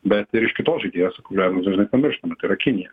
bet ir iš kitos žaidėjos kurią mes dažnai pamirštame tai yra kinija